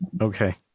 Okay